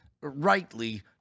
rightly